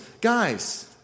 guys